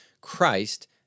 Christ